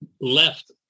left